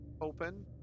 open